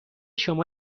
شما